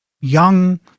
young